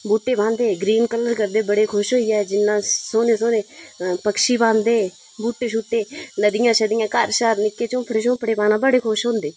बूह्ट्टे पांदे बड़े खुश होइयै बड़ा सोह्ने सोह्ने पक्शि पांदे बूह्ट्टे शूह्ट्टे नदियां शदियां घर शर झोंफड़े शोंफड़े पाना बड़े खुश होंदे